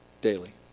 Daily